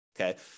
Okay